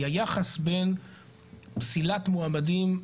היא היחס בין פסילת מועמדים,